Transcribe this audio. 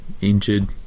injured